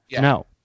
No